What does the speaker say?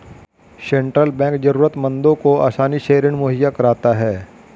central bank जरूरतमंदों को आसानी से ऋण मुहैय्या कराता है